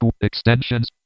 extensions